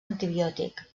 antibiòtic